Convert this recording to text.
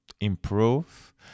improve